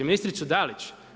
Ministricu Dalić?